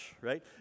right